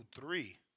three